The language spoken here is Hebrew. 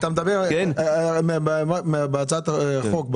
בהצעת החוק,